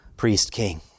priest-king